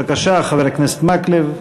בבקשה, חבר הכנסת מקלב.